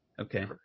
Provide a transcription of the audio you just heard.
Okay